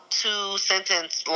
two-sentence